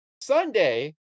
Sunday